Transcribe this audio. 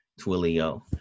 Twilio